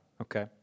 Okay